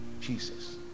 Jesus